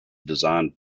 designed